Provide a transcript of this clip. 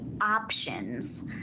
options